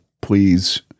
Please